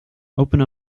open